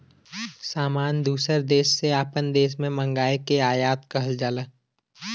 सामान दूसर देस से आपन देश मे मंगाए के आयात कहल जाला